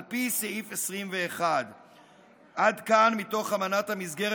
על פי סעיף 21". עד כאן מתוך אמנת המסגרת